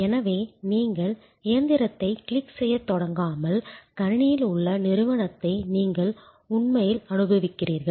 எனவே நீங்கள் இயந்திரத்தைக் கிளிக் செய்யத் தொடங்காமல் கணினியில் உள்ள நிறுவனத்தை நீங்கள் உண்மையில் அனுபவிக்கிறீர்கள்